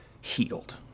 healed